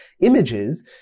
images